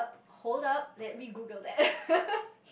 hold up and let me Google that